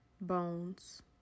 bones